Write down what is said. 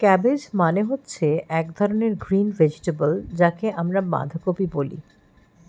cabbage মানে হচ্ছে এক ধরনের গ্রিন ভেজিটেবল যাকে আমরা বাঁধাকপি বলি